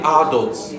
adults